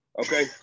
okay